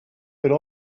could